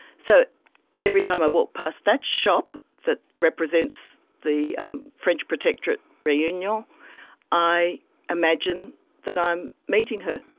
so every time i walk past that shop that represents the french protectorate reunion i imagine that i am meeting her.